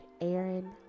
Aaron